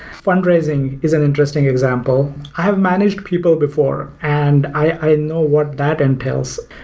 fundraising is an interesting example. i have managed people before and i know what that entails,